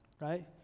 right